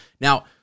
Now